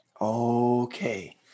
Okay